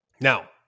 Now